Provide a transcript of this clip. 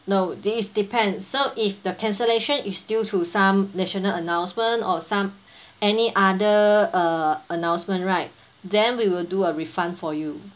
no this is depend so if the cancellation is due to some national announcement or some any other uh announcement right then we will do a refund for you